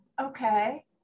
okay